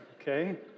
okay